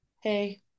Hey